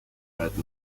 right